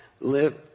live